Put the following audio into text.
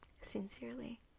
Sincerely